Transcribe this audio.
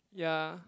ya